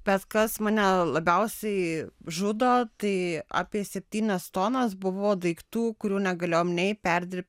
bet kas mane labiausiai žudo tai apie septynias tonas buvo daiktų kurių negalėjom nei perdirbt